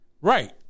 Right